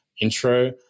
intro